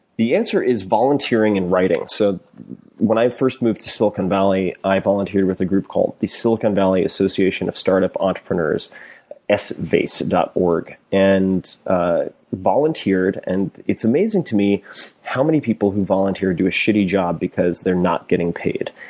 the answer is volunteering and writing. so when i first moved to silicon valley, i volunteered with a group called the silicon valley association of startup entrepreneurs svase dot org. and ah volunteered. and it's amazing to me how many people who volunteer do a shitty job because they're not getting paid.